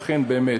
אכן, באמת